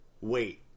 wait